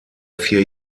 vier